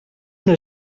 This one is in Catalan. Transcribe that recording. una